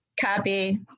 copy